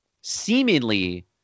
seemingly